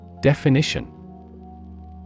Definition